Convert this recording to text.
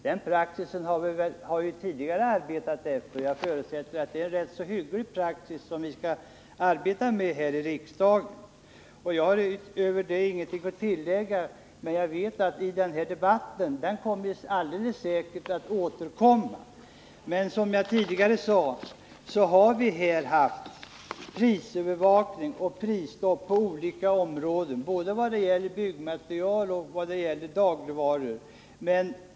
Denna praxis har vi tidigare arbetat efter, och jag förutsätter att det är en rätt hygglig praxis, som vi skall arbeta med här i riksdagen. Den här debatten kommer alldeles säkert att återkomma, och jag har egentligen ingenting att tillägga utöver det jag har anfört, men som jag tidigare sagt har vi haft prisövervakning och prisstopp på olika områden när det gäller både byggmaterial och dagligvaror.